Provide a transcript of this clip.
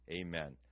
amen